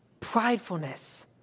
pridefulness